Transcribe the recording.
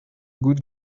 good